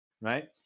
right